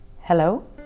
hello